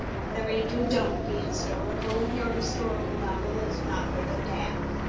whatever you do, don't be historical your historical novel is not worth a damn.